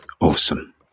Awesome